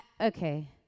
Okay